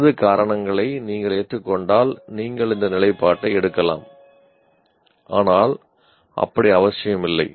எனது காரணங்களை நீங்கள் ஏற்றுக்கொண்டால் நீங்கள் இந்த நிலைப்பாட்டை எடுக்கலாம் ஆனால் அப்படி அவசியமில்லை